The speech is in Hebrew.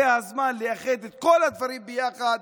זה הזמן לאחד את כל הדברים ביחד.